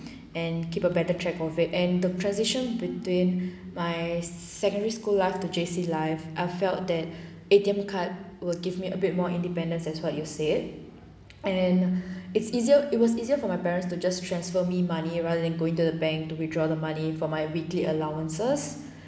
and keep a better track of it and the transition between my secondary school life to J_C life I felt that A_T_M card will give me a bit more independence as what you said and it's easier it was easier for my parents to just transfer me money rather than going to the bank to withdraw the money for my weekly allowances